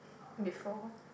before